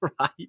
right